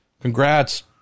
congrats